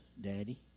Daddy